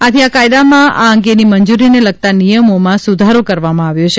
આથી આ કાયદામાં આ અંગેની મંજુરીને લગતા નિયમોમાં સુધારો કરવામાં આવ્યો છે